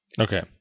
Okay